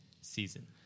season